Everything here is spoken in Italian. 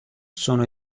sono